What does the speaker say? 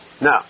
Now